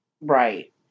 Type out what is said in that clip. Right